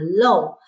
alone